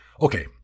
Okay